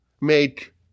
make